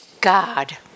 God